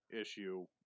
issue